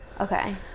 Okay